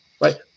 right